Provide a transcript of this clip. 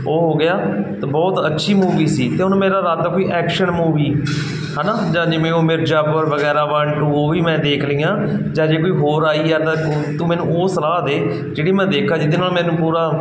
ਉਹ ਹੋ ਗਿਆ ਅਤੇ ਬਹੁਤ ਅੱਛੀ ਮੂਵੀ ਸੀ ਅਤੇ ਹੁਣ ਮੇਰਾ ਇਰਾਦਾ ਕੋਈ ਐਕਸ਼ਨ ਮੂਵੀ ਹੈ ਨਾ ਜਾਂ ਜਿਵੇਂ ਉਹ ਮਿਰਜਾਪੁਰ ਵਗੈਰਾ ਵਨ ਟੂ ਉਹ ਵੀ ਮੈਂ ਦੇਖ ਲਈਆਂ ਜਾਂ ਜੇ ਕੋਈ ਹੋਰ ਆਈ ਆ ਤਾਂ ਤੂੰ ਮੈਨੂੰ ਉਹ ਸਲਾਹ ਦੇ ਜਿਹੜੀ ਮੈਂ ਦੇਖਾਂ ਜਿਹਦੇ ਨਾਲ ਮੈਨੂੰ ਪੂਰਾ